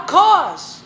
cause